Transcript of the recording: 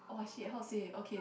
!wow! shit how say okay